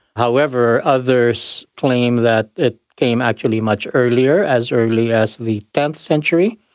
however, others claim that it came actually much earlier, as early as the tenth century,